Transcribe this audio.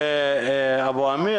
מאהר,